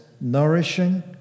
nourishing